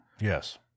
Yes